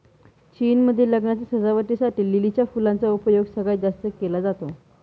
चीन मध्ये लग्नाच्या सजावटी साठी लिलीच्या फुलांचा उपयोग सगळ्यात जास्त केला जातो